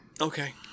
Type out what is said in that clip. Okay